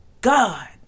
God